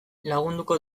lagunduko